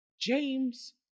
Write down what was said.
James